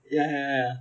ya ya ya